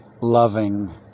loving